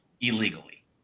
illegally